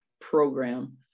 program